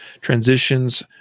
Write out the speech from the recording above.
transitions